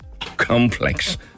complex